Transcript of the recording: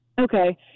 okay